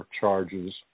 charges